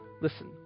listen